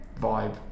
vibe